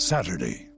Saturday